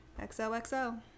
XOXO